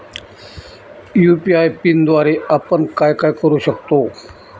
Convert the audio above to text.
UPI पिनद्वारे आपण काय काय करु शकतो?